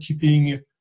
keeping